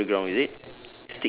it's stick to the ground is it